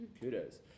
Kudos